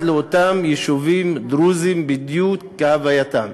לאותם יישובים דרוזיים בדיוק כהווייתם.